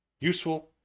Useful